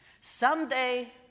Someday